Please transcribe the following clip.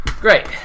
Great